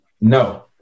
No